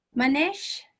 Manish